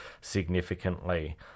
significantly